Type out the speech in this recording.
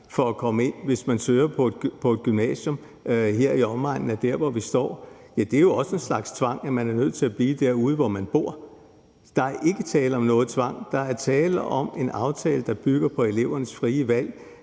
for at komme ind, altså hvis man søger ind på et gymnasium her i omegnen af, hvor vi står. Det er jo også en slags tvang, at man er nødt til blive derude, hvor man bor. Men der er ikke tale om nogen tvang. Der er tale om en aftale, der bygger på elevernes frie valg,